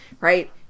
right